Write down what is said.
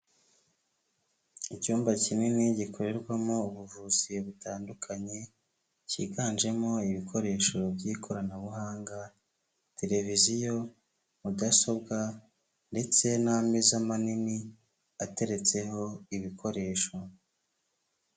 Icyumba kinini gikorerwamo ubuvuzi butandukanye, cyiganjemo ibikoresho by'ikoranabuhanga, televiziyo, mudasobwa, ndetse n'ameza manini, ateretseho ibikoresho.